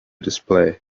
display